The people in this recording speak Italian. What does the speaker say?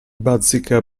bazzica